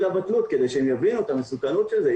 לבטלות כדי שהם יבינו את המסוכנות של זה.